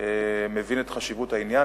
מבין את חשיבות העניין.